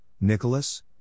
Nicholas